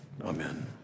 Amen